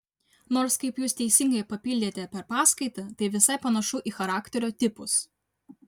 nors kaip jūs teisingai papildėte per paskaitą tai visai panašu į charakterio tipus